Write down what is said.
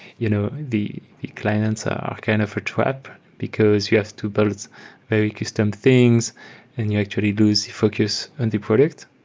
you know the clients are kind of a trap, because you have to build very custom things and you actually lose focus on and the product.